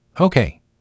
Okay